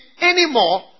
anymore